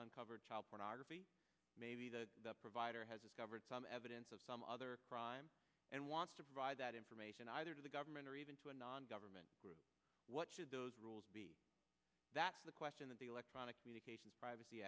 uncovered child pornography maybe the provider has discovered some evidence of some other crime and wants to provide that information either to the government or even to a non government group what should those rules be that's the question that the electronic communications privacy